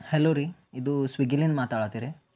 hello ರೀ ಇದು ಸ್ವಿಗ್ಗಿಲಿಂದ ಮಾತಾಡತೀವಿ ರೀ